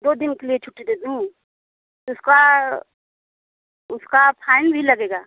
दो दिन के लिए छुट्टी दे दूँ उसका उसका फाइन भी लगेगा